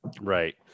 Right